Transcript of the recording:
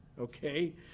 okay